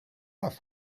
off